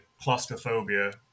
claustrophobia